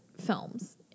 films